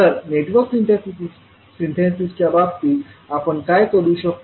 तर नेटवर्क सिंथेसिसच्या बाबतीत आपण काय करू शकतो